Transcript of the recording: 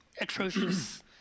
atrocious